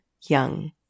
Young